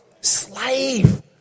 Slave